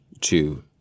two